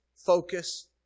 Focus